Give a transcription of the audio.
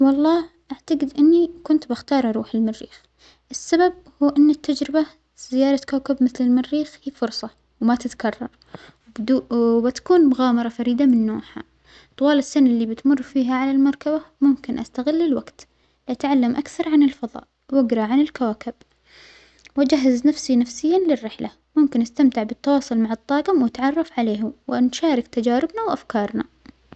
والله أعتجد إنى كنت بختار أروح المريخ، السبب هو أن التجربة زيارة كوكب مثل المريخ هى فرصة وما تتكرر بدو وبتكون مغامرة فريدة من نوعها، طوال السنة اللى بتمر فيها على المركبة ممكن أستغل الوجت، لأتعلم أكثر عن الفظاء وأجرى عن الكواكب وأجهز نفسى نفسيا للرحلة، ممكن أستمتع بالتواصل مع الطاجم وأتعرف عليهم ونشارك تجاربنا وأفكارنا.